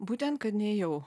būtent kad nėjau